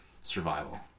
survival